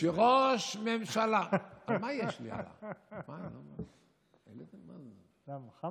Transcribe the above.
שראש ממשלה, מה יש, למה, חם?